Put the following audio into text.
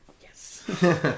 Yes